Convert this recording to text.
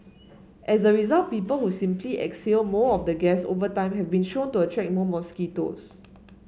as a result people who simply exhale more of the gas over time have been shown to attract more mosquitoes